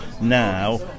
now